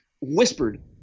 whispered